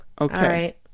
okay